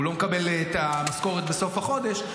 הוא לא מקבל את המשכורת בסוף החודש.